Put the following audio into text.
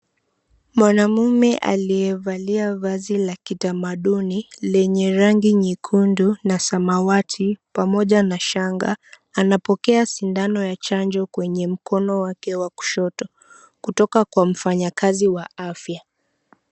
Mwanamume aliyevalia vazi la kitamaduni penye rangi nyekundu na samawati pamoja na shanga anapokea sindano ya chanjo kwenye mkono wake wa kushoto kutoka kwa mfanyakazi wa afya.